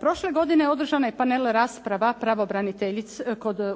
Prošle godine održana je panel rasprava